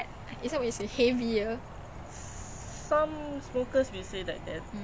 I have no idea but oh